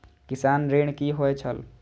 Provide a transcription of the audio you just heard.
किसान ऋण की होय छल?